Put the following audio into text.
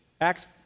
Acts